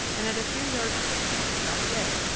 and at a few yards' distance stopped dead.